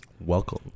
Welcome